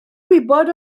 gwybod